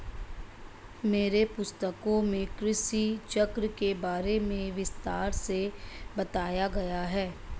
मेरी पुस्तकों में कृषि चक्र के बारे में विस्तार से बताया गया है